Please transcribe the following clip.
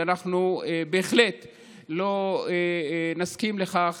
ואנחנו בהחלט לא נסכים לכך